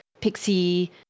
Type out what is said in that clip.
pixie